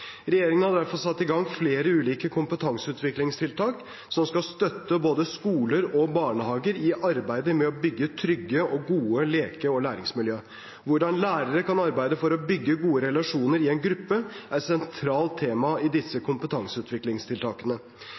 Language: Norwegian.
Regjeringen har derfor satt i gang flere ulike kompetanseutviklingstiltak som skal støtte både skoler og barnehager i arbeidet med å bygge trygge og gode leke- og læringsmiljø. Hvordan lærere kan arbeide for å bygge gode relasjoner i en gruppe, er et sentralt tema i disse kompetanseutviklingstiltakene.